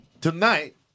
tonight